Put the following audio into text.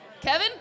Kevin